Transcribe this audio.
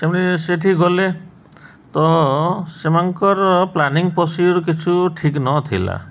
ସେମିତି ସେଠି ଗଲେ ତ ସେମାନଙ୍କର ପ୍ଲାନିଂ ପଶି କିଛି ଠିକ୍ ନଥିଲା